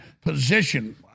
position